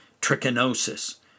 trichinosis